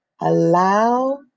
Allow